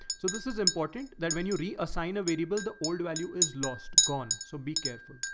so this is important that when you reassign a variable, the old value is lost, gone. so be careful.